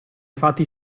fatti